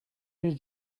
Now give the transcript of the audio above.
his